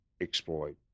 exploit